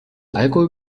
alkohol